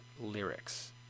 lyrics